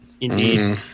Indeed